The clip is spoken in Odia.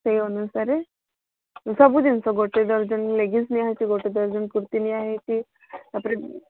ସେଇ ଅନୁସାରେ ସବୁ ଜିନିଷ ଗୋଟେ ଡଜନ ଲେଗିନ୍ସ ନିଆହୋଇଛି ଗୋଟେ ଡଜନ କୁର୍ତ୍ତୀ ନିଆହୋଇଛି ତାପରେ